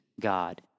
God